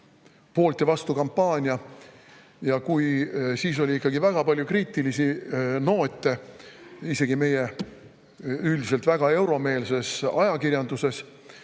poolt või vastu. Siis oli ikkagi väga palju kriitilisi noote isegi meie üldiselt väga euromeelses ajakirjanduses